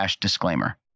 disclaimer